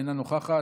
אינה נוכחת.